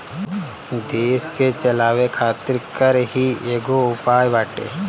देस के चलावे खातिर कर ही एगो उपाय बाटे